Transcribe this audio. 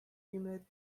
humid